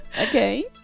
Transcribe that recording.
Okay